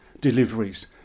deliveries